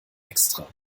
extra